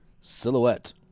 Silhouette